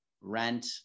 rent